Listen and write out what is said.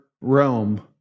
realm